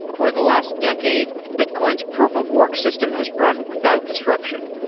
for the last decade, bitcoin's proof of work system has run without disruption.